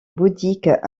bouddhiques